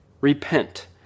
Repent